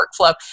workflow